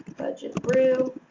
budget brew,